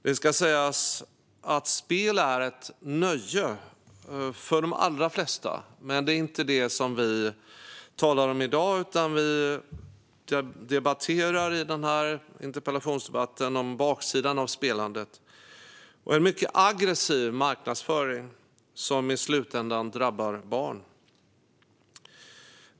Det ska sägas att spel är ett nöje för de allra flesta. Det är dock inte det som vi talar om i dag; det vi debatterar i den här interpellationsdebatten är baksidan av spelandet och en mycket aggressiv marknadsföring som i slutändan drabbar barn.